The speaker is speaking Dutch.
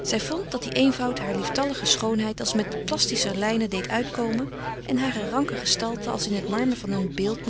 zij vond dat die eenvoud haar lieftallige schoonheid als met plastischer lijnen deed uitkomen en hare ranke gestalte als in het marmer van een beeld